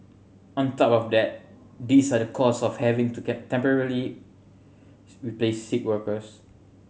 on top of that this are the cost of having to temporarily replace sick workers